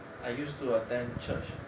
I used to attend church